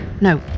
No